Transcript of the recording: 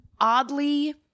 oddly